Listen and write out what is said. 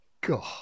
God